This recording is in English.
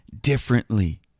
differently